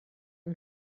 yng